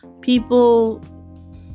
People